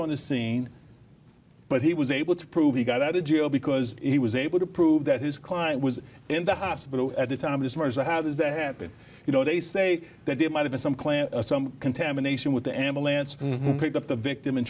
on the scene but he was able to prove he got out of jail because he was able to prove that his client was in the hospital at the time as far as a how does that happen you know they say that it might have some clan some contamination with the ama lance picked up the victim and